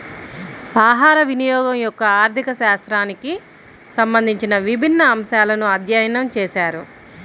ఆహారవినియోగం యొక్క ఆర్థిక శాస్త్రానికి సంబంధించిన విభిన్న అంశాలను అధ్యయనం చేశారు